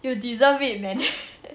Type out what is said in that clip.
you deserve it man